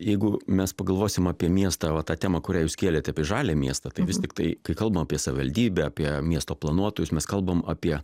jeigu mes pagalvosim apie miestą va tą temą kurią jūs kėlėt apie žalią miestą tai vis tiktai kai kalbam apie savivaldybę apie miesto planuotojus mes kalbam apie